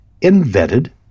invented